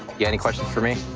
yeah any questions for me?